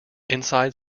inside